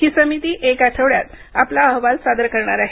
ही समिती एक आठवड्यात आपला अहवाल सादर करणार आहे